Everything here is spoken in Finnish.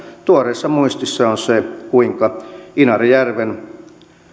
tuoreessa muistissa on se kuinka inarijärven